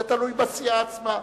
זה תלוי בסיעה עצמה.